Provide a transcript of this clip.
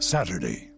Saturday